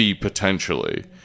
potentially